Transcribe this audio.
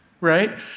Right